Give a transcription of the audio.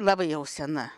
labai jau sena